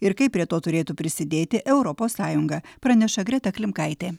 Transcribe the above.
ir kaip prie to turėtų prisidėti europos sąjunga praneša greta klimkaitė